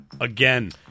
Again